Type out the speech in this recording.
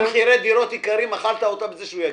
אמרת "מחירי דירות יקרים" גרמת לזה שהוא יגיב.